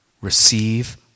receive